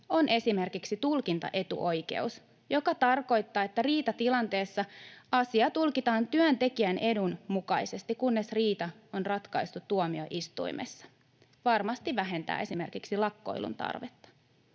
on esimerkiksi tulkintaetuoikeus, joka tarkoittaa, että riitatilanteessa asia tulkitaan työntekijän edun mukaisesti, kunnes riita on ratkaistu tuomioistuimessa — varmasti vähentää esimerkiksi lakkoilun tarvetta.